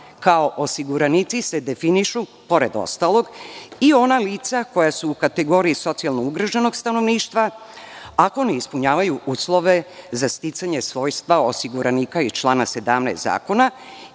kao osiguranici se definišu, pored ostalog, i ona lica koja su u kategoriji socijalno ugroženog stanovništva ako ne ispunjavaju uslove za sticanje svojstva osiguranika iz člana 17. zakona